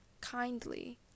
kindly